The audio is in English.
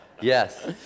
Yes